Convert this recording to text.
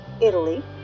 Italy